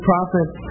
prophets